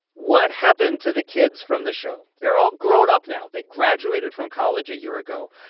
what happened to the kids from the show? they're all grown up now. they graduated from college a year ago,